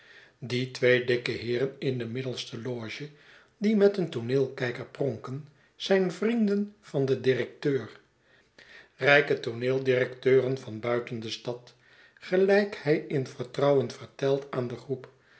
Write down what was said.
die twee dikke heeren in de middelste loge die met een tooneelkijker pronken zijn vrienden van den directeur rijke tooneeldirecteuren van buiten de stad gelijk hij invertrouwen vertelt aan de groep